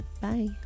bye